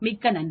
மிக்க நன்றி